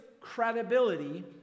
credibility